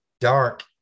dark